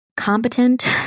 competent